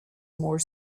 more